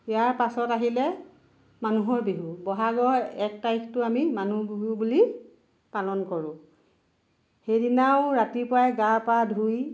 ইয়াৰ পাছত আহিলে মানুহৰ বিহু বহাগৰ এক তাৰিখটো আমি মানুহ বিহু বুলি পালন কৰোঁ সেইদিনাও ৰাতিপুৱাই গা পা ধুই